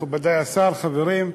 מכובדי, השר, חברים,